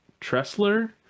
Tressler